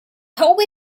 hope